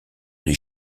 les